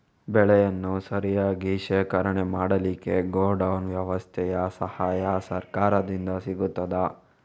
ಬೆಳೆಯನ್ನು ಸರಿಯಾಗಿ ಶೇಖರಣೆ ಮಾಡಲಿಕ್ಕೆ ಗೋಡೌನ್ ವ್ಯವಸ್ಥೆಯ ಸಹಾಯ ಸರಕಾರದಿಂದ ಸಿಗುತ್ತದಾ?